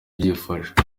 byifashe